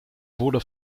wurde